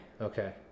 Okay